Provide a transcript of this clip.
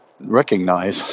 recognize